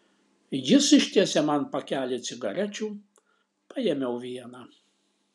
jis ištiesė man pakelį cigarečių paėmiau vieną